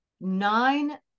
nine